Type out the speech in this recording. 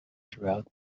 throughout